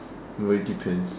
it really depends